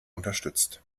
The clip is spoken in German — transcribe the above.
unterstützt